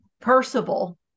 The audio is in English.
Percival